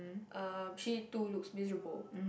um she too looks miserable